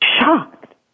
shocked